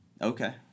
Okay